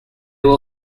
will